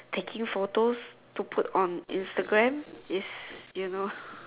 taking photos to put on Instagram it's you know